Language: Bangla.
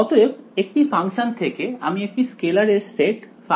অতএব একটি ফাংশন থেকে আমি একটি স্কেলার এর সেট n পেয়ে গেছি